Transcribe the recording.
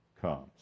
comes